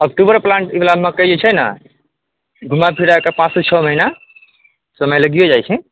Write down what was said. अक्टुबरमे plant ईवला मकइ जे छै ने घुमा फिराके पाँच सए छौ महिना समय लगिये जाइ छै